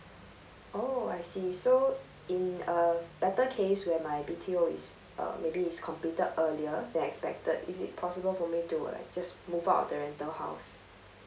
oh I see so in a better case where my B_T_O is uh maybe it's completed earlier than expected is it possible for me to like just move out the rental house